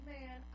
Man